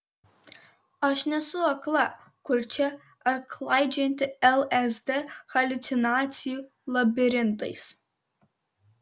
aš nesu akla kurčia ar klaidžiojanti lsd haliucinacijų labirintais